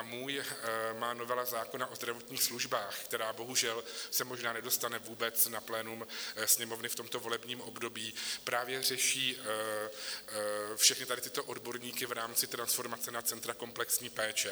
A moje novela zákona o zdravotních službách, která bohužel se možná nedostane vůbec na plénum Sněmovny v tomto volebním období, právě řeší všechny tyto odborníky v rámci transformace na centra komplexní péče.